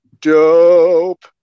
dope